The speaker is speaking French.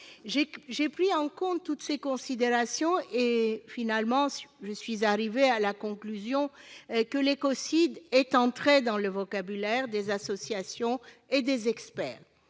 J'ai pris en compte toutes ces considérations et suis finalement arrivée à la conclusion que l'écocide est entré dans le vocabulaire des associations et des experts.